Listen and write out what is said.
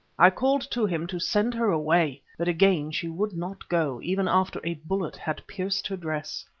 i called to him to send her away, but again she would not go, even after a bullet had pierced her dress.